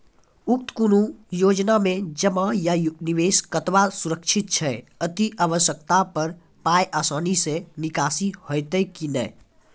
उक्त कुनू योजना मे जमा या निवेश कतवा सुरक्षित छै? अति आवश्यकता पर पाय आसानी सॅ निकासी हेतै की नै?